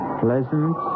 Pleasant